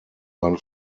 seine